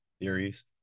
theories